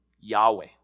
Yahweh